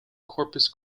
corpus